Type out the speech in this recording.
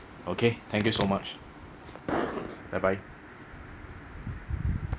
okay thank you so much bye bye